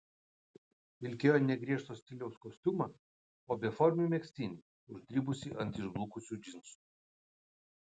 vilkėjo ne griežto stiliaus kostiumą o beformį megztinį uždribusį ant išblukusių džinsų